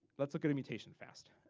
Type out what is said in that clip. let's look at a mutation fast.